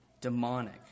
demonic